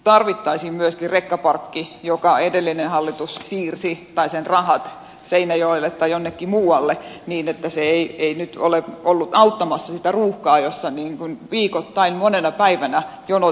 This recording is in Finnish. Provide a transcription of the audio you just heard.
tarvittaisiin myös rekkaparkki jonka rahat edellinen hallitus siirsi seinäjoelle tai jonnekin muualle niin että se ei nyt ole ollut auttamassa sitä ruuhkaa jossa viikoittain monena päivänä jonot jo taas seisovat